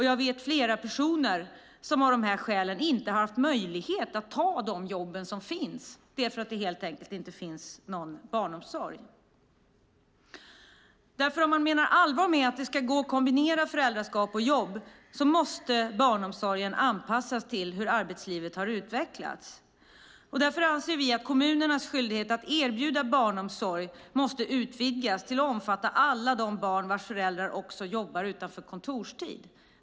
Jag vet flera personer som av dessa skäl inte har haft möjlighet att ta de jobb som finns - det finns helt enkelt ingen barnomsorg. Om man menar allvar med att det ska gå att kombinera föräldraskap och jobb måste barnomsorgen anpassas till hur arbetslivet har utvecklats. Därför anser vi att kommunernas skyldighet att erbjuda barnomsorg måste utvidgas till att omfatta också alla de barn vars föräldrar jobbar utanför kontorstid.